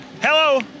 hello